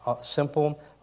simple